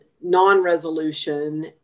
non-resolution